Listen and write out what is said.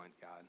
God